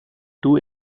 two